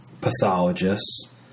pathologists